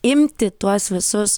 imti tuos visus